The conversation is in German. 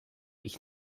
ich